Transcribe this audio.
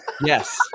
Yes